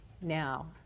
now